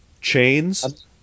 Chains